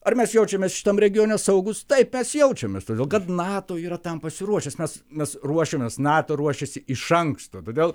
ar mes jaučiamės šitam regione saugūs taip mes jaučiamės todėl kad nato yra tam pasiruošęs nes mes ruošiamės nato ruošiasi iš anksto todėl